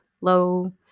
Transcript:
low